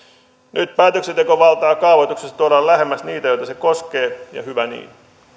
nyt päätöksentekovaltaa kaavoituksessa tuodaan lähemmäs niitä joita se koskee ja hyvä niin